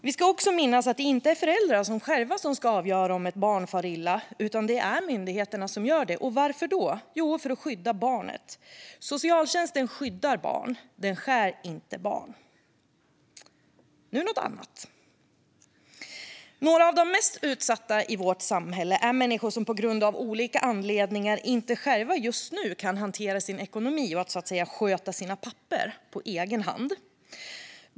Vi ska också minnas att det inte är föräldrarna som ska avgöra om ett barn far illa utan att det är myndigheterna som ska göra det. Varför? Jo, för att skydda barnet. Socialtjänsten skyddar barn - den stjäl inte barn. Nu till något annat! Några av de mest utsatta i vårt samhälle är människor som av olika anledningar för tillfället inte själva kan hantera sin ekonomi och sköta sina papper på egen hand.